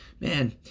Man